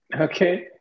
Okay